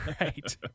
Right